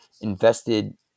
invested